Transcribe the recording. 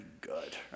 good